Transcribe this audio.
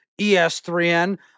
ES3N